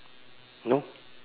no